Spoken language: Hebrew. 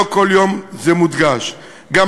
גם אם זה לא מודגש כל יום.